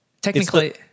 technically